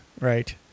Right